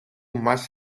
más